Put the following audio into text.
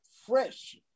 fresh